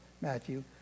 Matthew